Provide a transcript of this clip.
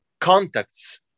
contacts